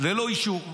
ללא אישור.